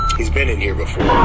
he's been in here before.